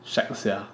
shag sia